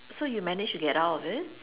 so you managed to get out of it